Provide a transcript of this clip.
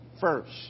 First